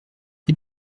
hip